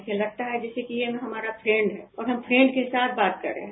ऐसा लगता है कि वो हमारे फ्रेंड है और हम फ्रेंड के साथ बात कर रहे हैं